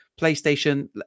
PlayStation